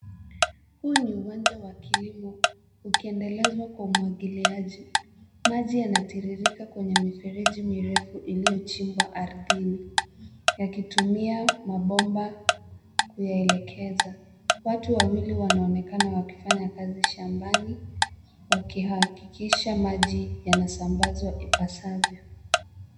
Huu ni uwanja wa kilimo ukiendelezwa kwa umwagiliaji. Maji yanatiririka kwenye mifereji mirefu iliyochimbwa ardhini yakitumia mabomba kuyaelekeza. Watu wawili wanaonekana wakifanya kazi shambani wakihakikisha maji yanasambazwa ipasavyo.